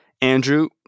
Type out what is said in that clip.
Andrew